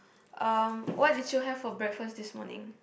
um what did you have for breakfast this morning